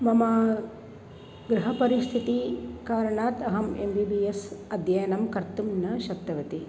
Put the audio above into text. मम गृहपरिस्थितेः कारणात् अहम् एम् बि बि एस् अध्ययनं कर्तुं न शक्तवती